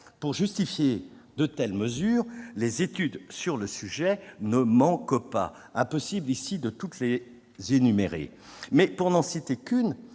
Pour justifier de telles mesures, les études sur le sujet ne manquent pas. Impossible ici de toutes les énumérer. Pour n'en citer qu'une,